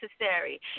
necessary